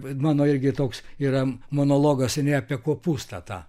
bet mano irgi toks yra monologas seniai apie kopūstą tą